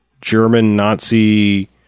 German-Nazi